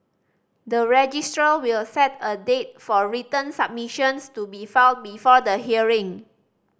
the registrar will set a date for written submissions to be filed before the hearing